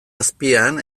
azpian